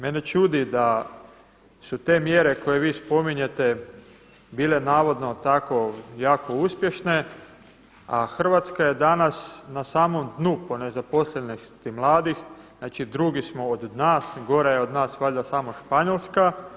Mene čudi da su te mjere koje vi spominjete bile navodno tako jako uspješne a Hrvatska je danas na samom dnu po nezaposlenosti mladih, znači drugi smo od dna, gora je od nas valjda samo Španjolska.